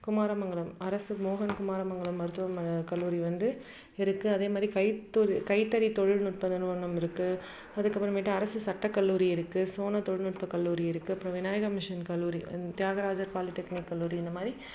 குமார மங்கலம் அரசு மோகன் குமார மங்கலம் மருத்துவமனை கல்லூரி வந்து இருக்குது அதேமாதிரி கைத்தொழில் கைத்தறி தொழில்நுட்ப நிறுவனம் இருக்குது அதுக்கப்புறமேட்டு அரசு சட்ட கல்லூரி இருக்குது சோனா தொழில்நுட்ப கல்லூரி இருக்குது அப்புறம் விநாயகா மிஷன் கல்லூரி தியாகராஜர் பாலிடெக்னிக் கல்லூரி இந்த மாதிரி